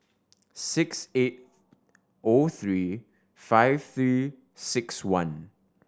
six eight O three five Three Six One